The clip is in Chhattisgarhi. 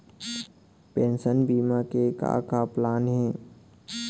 पेंशन बीमा के का का प्लान हे?